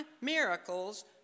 miracles